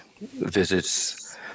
visits